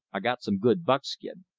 i got some good buckskin.